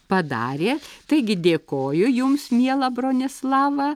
padarė taigi dėkoju jums miela bronislava